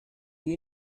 you